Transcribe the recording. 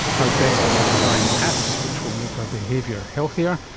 how best to design apps which will make our behaviour healthier.